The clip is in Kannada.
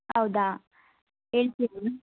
ಹೌದಾ ಎಲ್ಲಿ ಸಿಗೋದು